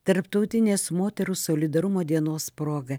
tarptautinės moterų solidarumo dienos proga